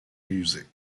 music